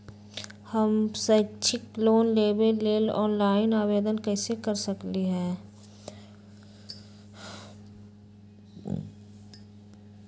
हम शैक्षिक लोन लेबे लेल ऑनलाइन आवेदन कैसे कर सकली ह?